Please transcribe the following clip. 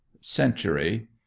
Century